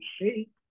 shape